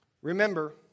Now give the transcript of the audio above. Remember